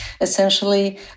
essentially